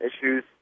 issues